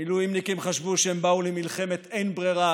המילואימניקים חשבו שהם באו למלחמת "אין ברירה"